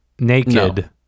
naked